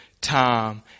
time